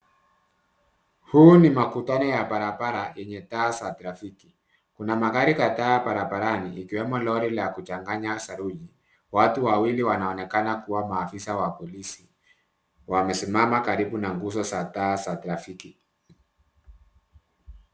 Haya ni makutano ya barabara yenye taa za trafiki. Kuna magari kadhaa barabarani, ikuwemo lori la kuchanganya saruji. Watu wawili wanaonekana kuwa maafisa wa polisi. Wamesimama karibu na nguzo za taa za trafiki.